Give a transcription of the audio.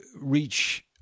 reach